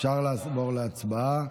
אפשר לעבור להצבעה.